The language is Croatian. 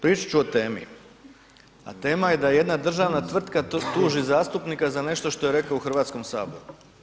Pričat ću o temi, a tema je da jedna državna tvrtka tuži zastupnika za nešto što je rekao u Hrvatskom saboru.